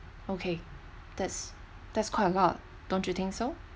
okay that's that's quite a lot don't you think so